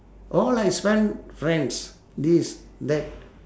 all I spent friends this that